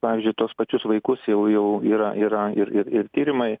pavyzdžiui tuos pačius vaikus jau jau yra yra ir ir ir tyrimai